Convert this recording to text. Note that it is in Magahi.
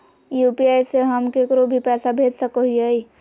यू.पी.आई से हम केकरो भी पैसा भेज सको हियै?